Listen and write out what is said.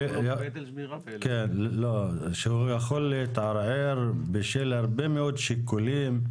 הוא יכול להתערער בשל הרבה מאוד שיקולים,